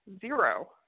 zero